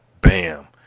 Bam